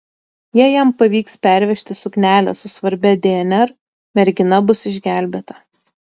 jei jam pavyks pervežti suknelę su svarbia dnr mergina bus išgelbėta